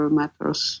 matters